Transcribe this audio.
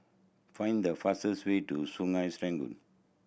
find the fastest way to Sungei Serangoon